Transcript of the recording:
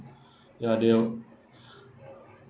ya they'll